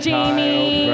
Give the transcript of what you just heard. Jamie